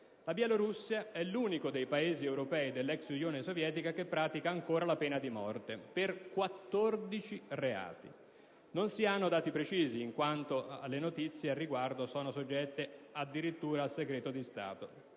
la Bielorussia è l'unico dei Paesi Europei e dell'ex-Unione Sovietica che pratica ancora la pena di morte, per 14 reati. Non si hanno dati precisi in quanto tutte le notizie a riguardo sono soggette al segreto di stato,